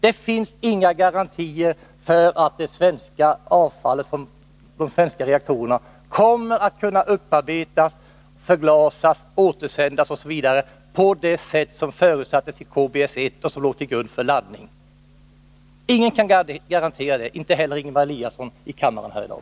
Det finns inga garantier för att avfallet från de svenska reaktorerna kommer att kunna upparbetas, förglasas, återsändas osv. på det sätt som förutsattes i KBS 1, som låg till grund för laddningen. Ingen kan garantera det, inte heller Ingemar Eliasson här i kammaren i dag.